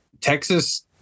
Texas